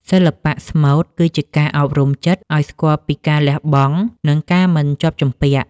សិល្បៈស្មូតគឺជាការអប់រំចិត្តឱ្យស្គាល់ពីការលះបង់ និងការមិនជាប់ជំពាក់។